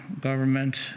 government